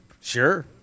Sure